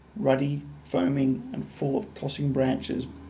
ruddy, foaming, and full of tossing branches,